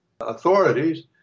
authorities